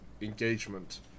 engagement